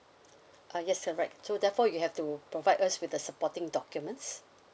uh yes you're right so therefore you have to provide us with the supporting documents